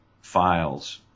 files